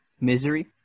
misery